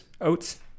Oats